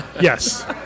Yes